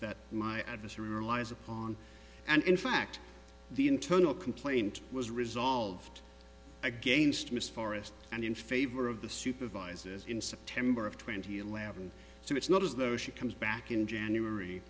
that my advice relies upon and in fact the internal complaint was resolved against miss forest and in favor of the supervisors in september of twenty eleven so it's not as though she comes back in january